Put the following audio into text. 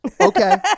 Okay